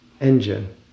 engine